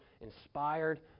inspired